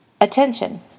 attention